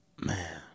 Man